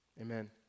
Amen